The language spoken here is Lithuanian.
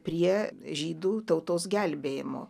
prie žydų tautos gelbėjimo